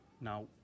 Now